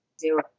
zero